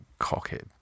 cockhead